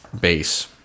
base